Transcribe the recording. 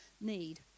need